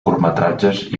curtmetratges